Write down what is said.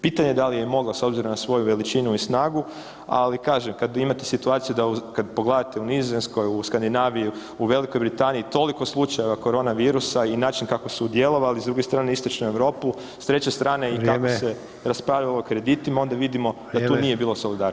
Pitanje da li je mogla s obzirom na svoju veličinu i snagu, ali kažem kad imate situacije da u, kad pogledate u Nizozemskoj, u Skandinaviji, u Velikoj Britaniji toliko slučajeva korona virusa i način kako su djelovali, s druge strane istočnu Europu, s treće strane [[Upadica: Vrijeme]] i kako se raspravljalo o kreditima onda vidimo da [[Upadica: Vrijeme]] tu nije bilo solidarnosti.